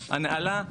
הנעלה,